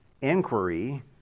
inquiry